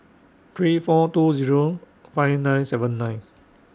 three four two Zero five nine seven nine